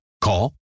Call